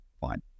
fine